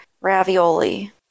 ravioli